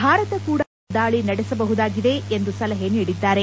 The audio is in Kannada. ಭಾರತ ಕೂಡ ಈ ರೀತಿಯ ದಾಳಿ ನಡೆಸಬಹುದಾಗಿದೆ ಎಂದು ಸಲಹೆ ನೀಡಿದ್ದಾರೆ